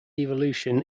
evolution